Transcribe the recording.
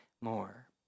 more